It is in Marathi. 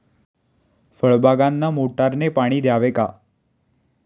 फळबागांना मोटारने पाणी द्यावे का?